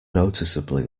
noticeably